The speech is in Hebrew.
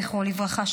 זכרו לברכה,